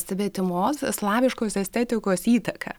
svetimos slaviškos estetikos įtaka